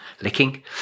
Licking